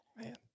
man